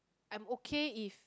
I'm okay if